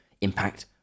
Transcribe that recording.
impact